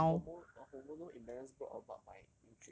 ya aren't hormone or hormonal imbalance brought about by